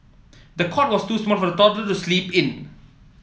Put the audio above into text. the cot was too small for the toddler to sleep in